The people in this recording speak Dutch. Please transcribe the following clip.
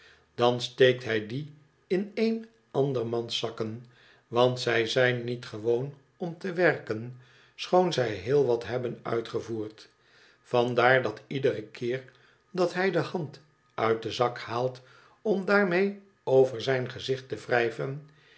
dan steekt hij die in een ander mans zakken want zij zijn niet gewoon om te werken schoon zij heel wat hebben uitgevoerd vandaar dat iedere keer dat hij de hand uit den zak haalt om daarmee over zijn gezicht te wrij